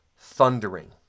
thundering